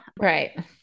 Right